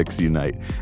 unite